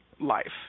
life